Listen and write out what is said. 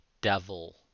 devil